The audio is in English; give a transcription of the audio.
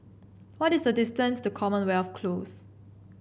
what is the distance to Commonwealth Close